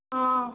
हँ